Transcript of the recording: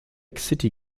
city